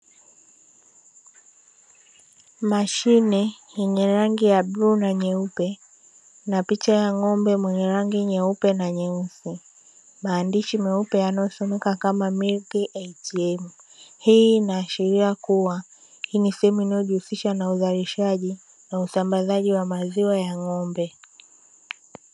Mashine yenye rangi ya bluu na nyeupe na picha ya ng'ombe mwenye rangi nyeupe na nyeusi, maandishi myeupe yanayosomeka kama "MILK ATM", hii inaashiria kuwa, hii ni sehemu inayojihusisha na uzalishaji na usambazaji wa maziwa ya ng'ombe.